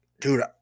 dude